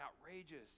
outrageous